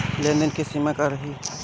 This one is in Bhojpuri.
लेन देन के सिमा का रही?